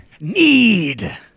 need